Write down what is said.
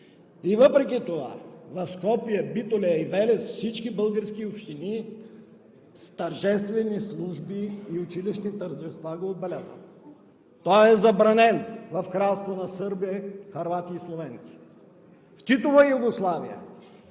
И въпреки това в Скопие, Битоля и Велес всички български общини с тържествени служби и училищни тържества го отбелязват. Той е забранен в кралство на сърби, хървати и словенци. В Титова Югославия